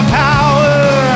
power